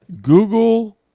Google